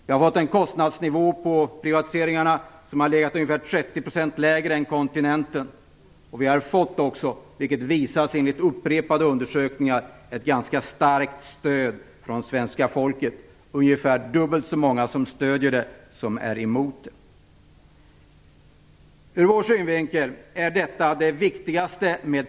Vi har fått en kostnadsnivå på privatiseringarna som har legat ungefär 30 % lägre än på kontinenten och vi har också fått, vilket upprepade undersökningar visar, ett ganska starkt stöd från svenska folket. De som stöder privatiseringarna är ungefär dubbelt så många som de som är emot.